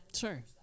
Sure